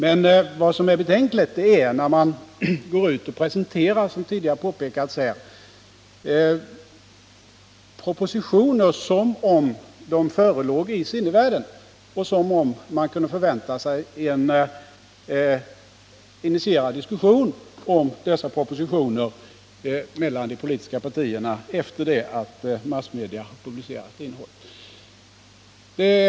Men vad som är betänkligt är att man går ut och presenterar, som tidigare påpekats här, propositioner som om dessa förelåg i sinnevärlden och som om man kunde förvänta sig en initierad diskussion om dessa propositioner mellan de politiska partierna sedan massmedia publicerat innehållet.